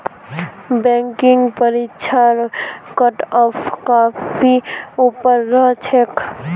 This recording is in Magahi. बैंकिंग परीक्षार कटऑफ काफी ऊपर रह छेक